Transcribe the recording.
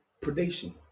predation